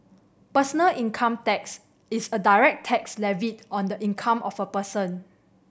personal income tax is a direct tax levied on the income of a person